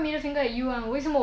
cannot accept